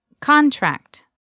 Contract